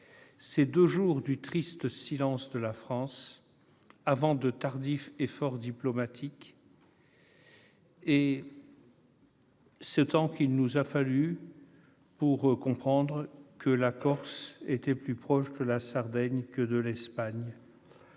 ces deux jours de triste silence de la France, avant de tardifs efforts diplomatiques. Fallait-il tout ce temps pour comprendre que la Corse est plus proche de la Sardaigne que de l'Espagne